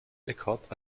eckhart